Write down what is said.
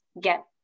get